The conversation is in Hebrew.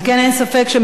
פעם אחת.